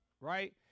right